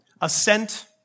assent